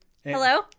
Hello